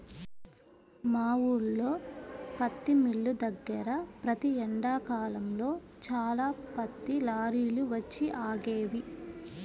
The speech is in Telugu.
మా ఊల్లో పత్తి మిల్లు దగ్గర ప్రతి ఎండాకాలంలో చాలా పత్తి లారీలు వచ్చి ఆగేవి